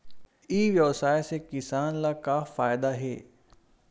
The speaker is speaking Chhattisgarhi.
ई व्यवसाय से किसान ला का फ़ायदा हे?